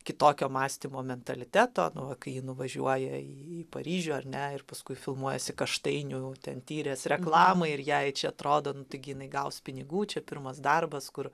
kitokio mąstymo mentaliteto nu va kai ji nuvažiuoja į į paryžių ar ne ir paskui filmuojasi kaštainių ten tyrės reklamoj ir jai čia atrodo nu taigi jinai gaus pinigų čia pirmas darbas kur